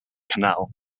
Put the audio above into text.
canal